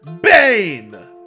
Bane